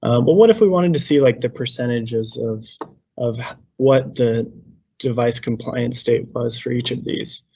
um but what if we wanted to see like the percentages of of what the device compliance state was for each of these?